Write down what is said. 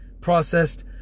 processed